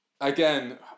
again